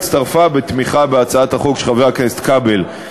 הצטרפה לתמיכה בהצעת החוק של חבר הכנסת כבל.